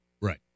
right